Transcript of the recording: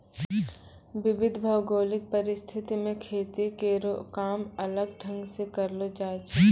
विविध भौगोलिक परिस्थिति म खेती केरो काम अलग ढंग सें करलो जाय छै